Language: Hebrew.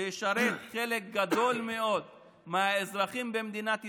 שישרת חלק גדול מאוד מהאזרחים במדינת ישראל.